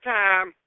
time